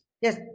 yes